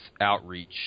outreach